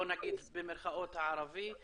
בוא נגיד במרכאות הערבי,